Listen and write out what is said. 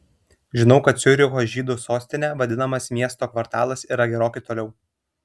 žinau kad ciuricho žydų sostine vadinamas miesto kvartalas yra gerokai toliau